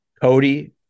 Cody